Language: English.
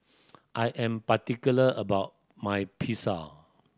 I am particular about my Pizza